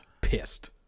pissed